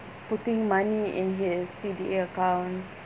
putting money in his C_D_A account